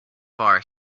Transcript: bar